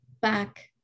back